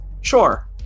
Sure